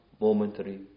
momentary